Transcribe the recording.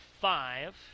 five